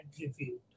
reviewed